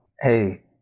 Hey